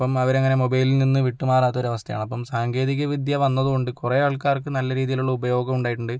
ഇപ്പം അവരങ്ങനെ മൊബൈലിൽ നിന്നും വിട്ടുമാറാത്ത ഒരു അവസ്ഥയാണ് അപ്പം സാങ്കേതിക വിദ്യ വന്നത് കൊണ്ട് കുറേ ആൾക്കാർക്ക് നല്ല രീതിയിലുള്ള ഉപയോഗം ഉണ്ടായിട്ടുണ്ട്